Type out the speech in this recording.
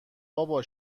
بابا